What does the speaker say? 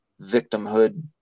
Victimhood